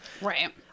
right